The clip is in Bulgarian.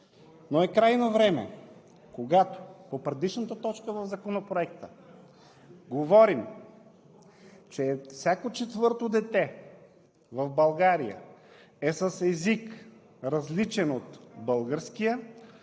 но е крайно време, когато по предишната точка в Законопроекта говорим, че всяко четвърто дете в България е с език, различен от българския,